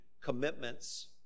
commitments